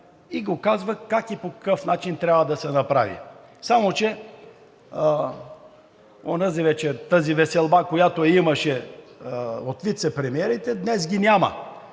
го казва как и по какъв начин трябва да се направи. Само че онази вечер тази веселба, която я имаше от вицепремиерите, днес ги няма.